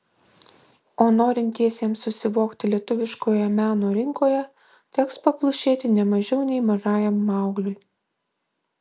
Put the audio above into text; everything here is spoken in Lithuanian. o norintiesiems susivokti lietuviškoje meno rinkoje teks paplušėti ne mažiau nei mažajam maugliui